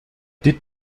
did